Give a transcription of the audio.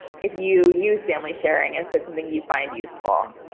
if you use family sharing, and if it's something you find useful.